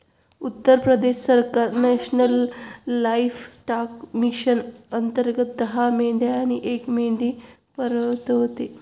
उत्तर प्रदेश सरकार national livestock mission अंतर्गत दहा मेंढ्या आणि एक मेंढा पुरवते